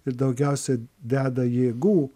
ir daugiausia deda jėgų